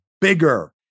bigger